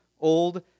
old